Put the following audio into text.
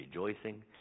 Rejoicing